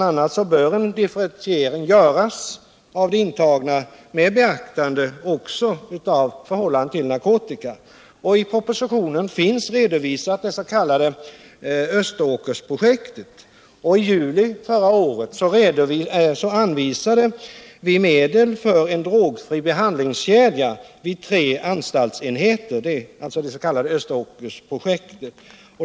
a. bör en differentiering göras av de intagna, med beaktande också av förhållandet till narkotika. I propositionen finns redovisat det s.k. Österåkersprojektet. I juli förra året anvisade regeringen medel för en drogfri behandlingskedja vid tre anstalter. Det är det s.k. Österåkersprojektet.